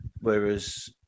whereas